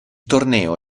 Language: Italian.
torneo